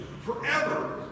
forever